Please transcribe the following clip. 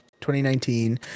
2019